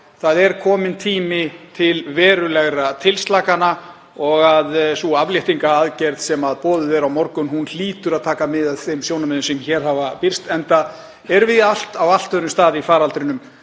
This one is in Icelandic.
það er kominn tími til verulegra tilslakana. Sú afléttingaaðgerð sem boðuð er á morgun hlýtur að taka mið af þeim sjónarmiðum sem hér hafa birst enda erum við á allt öðrum stað í faraldrinum